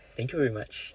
thank you very much